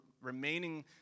remaining